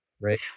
Right